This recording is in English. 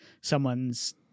someone's